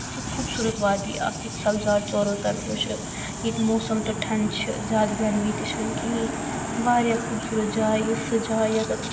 سُہ خُوبصُورَت وادِی اَکھ ییٚتہِ سبزار ژورو طرفو چھِ ییٚتہِ موسَم ٹھنٛڈٕ چھِ زِیادٕ گَرمِی تہِ چھَنہٕ کِہیٖنۍ واریاہ خُوبصُورَت جاے یہِ سۄ جاے ییٚتیٚتھ